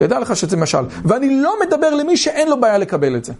ידע לך שזה משל, ואני לא מדבר למי שאין לו בעיה לקבל את זה.